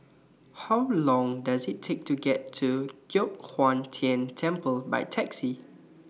How Long Does IT Take to get to Giok Hong Tian Temple By Taxi